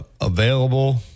available